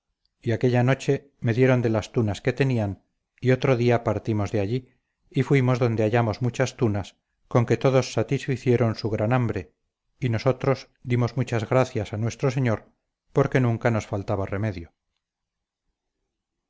y aquella noche me dieron de las tunas que tenían y otro día partimos de allí y fuimos donde hallamos muchas tunas con que todos satisficieron su gran hambre y nosotros dimos muchas gracias a nuestro señor porque nunca nos faltaba remedio